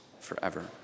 forever